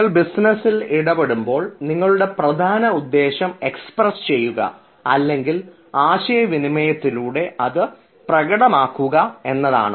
നിങ്ങൾ ബിസിനസിൽ ഇടപെടുമ്പോൾ നിങ്ങളുടെ പ്രധാന ഉദ്ദേശം എക്സ്പ്രസ് ചെയ്യുക അല്ലെങ്കിൽ ആശയവിനിമയത്തിലൂടെ പ്രകടമാക്കുക എന്നതാണ്